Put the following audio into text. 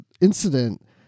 incident